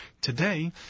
Today